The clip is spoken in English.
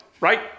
right